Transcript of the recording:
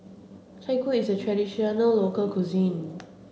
Chai Kuih is a traditional local cuisine